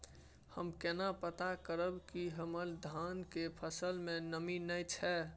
हम केना पता करब की हमर धान के फसल में नमी नय छै?